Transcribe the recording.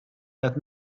qed